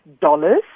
dollars